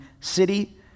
city